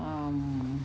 um